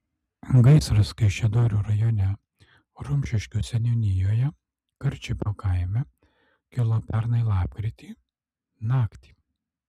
gaisras kaišiadorių rajone rumšiškių seniūnijoje karčiupio kaime kilo pernai lapkritį naktį